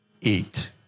eat